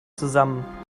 zusammen